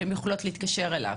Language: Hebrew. שהן יכולות להתקשר אליו.